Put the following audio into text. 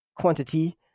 quantity